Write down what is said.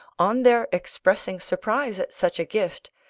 on their expressing surprise at such a gift,